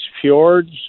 fjords